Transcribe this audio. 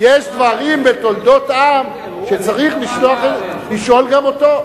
יש דברים בתולדות עם שצריך לשאול גם אותו.